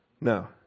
No